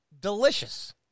delicious